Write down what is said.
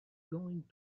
going